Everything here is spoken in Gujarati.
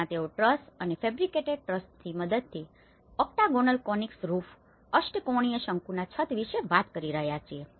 તેથી ત્યાં તેઓ ટ્રસ અને ફેબ્રીકેટેડ ટ્રસની મદદથી ઓક્ટાગોનલ કોનીક્લ રૂફoctagonal conical roofઅષ્ટકોણીય શંકુના છત વિશે વાત કરી રહ્યા છે